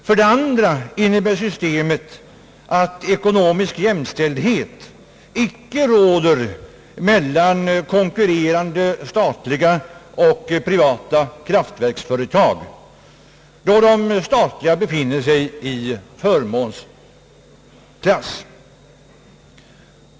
För det andra innebär systemet att ekonomisk jämställdhet icke råder mellan konkurrerande statliga och privata kraftverksföretag, då de statliga befinner sig i förmånsklass.